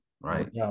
right